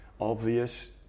obvious